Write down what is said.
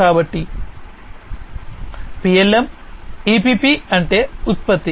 కాబట్టి P L M E P P అంటే ఉత్పత్తి